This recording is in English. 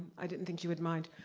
i didn't think you would mind.